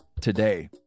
today